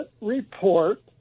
Report